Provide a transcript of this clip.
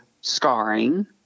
scarring